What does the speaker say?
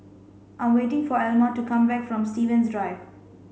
I'm waiting for Elma to come back from Stevens Drive